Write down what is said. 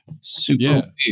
Super